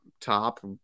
top